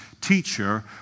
Teacher